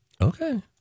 Okay